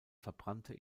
verbrannte